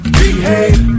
behave